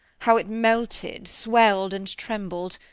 how it melted, swelled, and trembled!